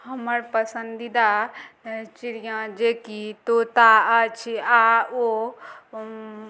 हमर पसन्दीदा चिड़िआँ जेकि तोता अछि आ ओ